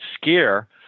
scare